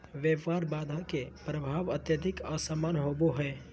व्यापार बाधा के प्रभाव अत्यधिक असमान होबो हइ